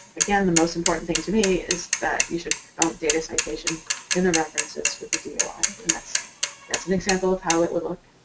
again the most important thing to me is that you should promote data citation in the references with a doi. and that's that's an example of how it would look.